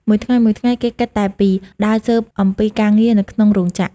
មួយថ្ងៃៗ គេគិតតែពីដើរស៊ើបអំពីការងារនៅក្នុងរោងចក្រ ។